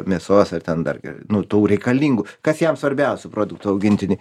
mėsos ar ten dar nu tų reikalingų kas jam svarbiausių produktų augintiniui